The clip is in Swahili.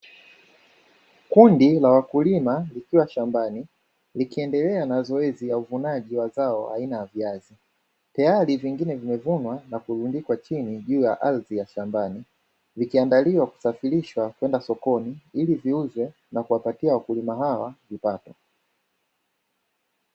Kundi la wakulima, likiwa shambani, likiendelea na zoezi ya uvunaji wa zao aina ya viazi, tayari vingine vimevunwa na kulundikwa chini, juu ya ardhi ya shambani, vikiandaliwa kusafirishwa kwenda sokoni, ili viuzwe na kuwapatia wakulima hawa kipato.